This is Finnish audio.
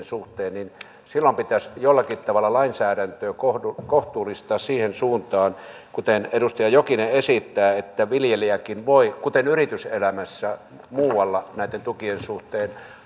suhteen niin silloin pitäisi jollakin tavalla lainsäädäntöä kohtuullistaa kohtuullistaa siihen suuntaan kuten edustaja jokinen esittää että viljelijäkin voi kuten yrityselämässä muualla näitten tukien suhteen